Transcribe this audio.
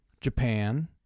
japan